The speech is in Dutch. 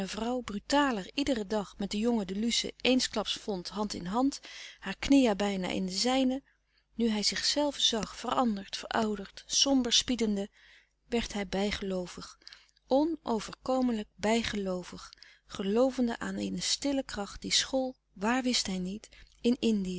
vrouw brutaler iederen dag met den jongen de luce eensklaps vond hand in hand haar knieën bijna in de zijne nu hij zichzelven zag veranderd verouderd somber spiedende werd bijgeloovig onoverkomelijk bijgeloovig geloovende aan eene stille kracht die school waar wist hij niet in indië